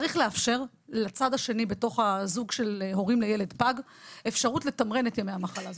צריך לאפשר לצד השני, אפשרות לתמרן את ימי המחלה.